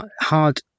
hard